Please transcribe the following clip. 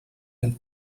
and